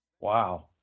Wow